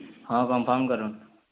ହଁ କନ୍ଫର୍ମ୍ କରୁନ୍